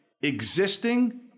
existing